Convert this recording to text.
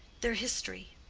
their history,